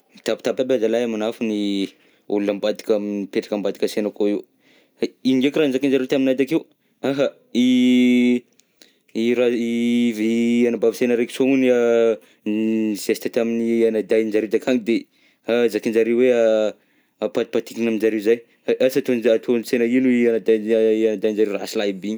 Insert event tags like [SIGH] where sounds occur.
Mitapitapy aby azalahy manafo ny [HESITATION] olona ambadika, mipetraka ambadika ansena akô io, ino ndraika raha nozakainjareo taminahy takeo? Aha i, i raha, i vi- anabavisena raika soa hono a, nizesta tamin'ny anadahinjareo takagny de a zakainjareo hoe a- apatipatiriana aminjareo zay, asa ataoza- ataonsena ino i anadahiny anadahinizareo rasilahy be igny?